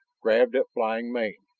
grabbed at flying mane,